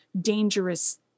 dangerous